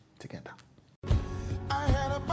together